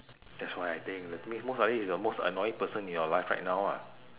that's why I think that means most likely is the most annoying person in your life right now ah